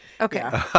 Okay